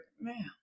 man